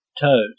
toes